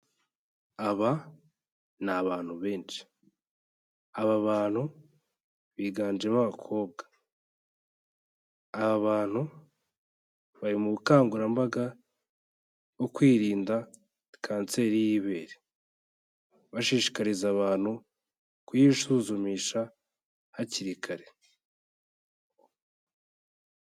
Aba ni abantu benshi. Aba bantu, biganjemo abakobwa. Aba bantu, bari mu bukangurambaga bwo kwirinda kanseri y'ibere. Bashishikariza abantu kuyisuzumisha hakiri kare.